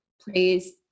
Please